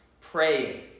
praying